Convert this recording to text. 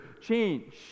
change